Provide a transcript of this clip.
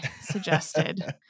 suggested